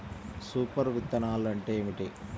Super విత్తనాలు అంటే ఏమిటి?